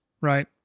right